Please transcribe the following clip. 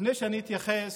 לפני שאני אתייחס